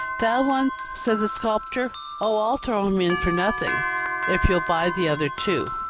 that one? said the sculptor oh, i'll throw him in for nothing if you'll buy the other two.